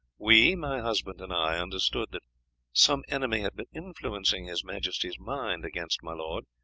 we, my husband and i, understood that some enemy had been influencing his majesty's mind against my lord,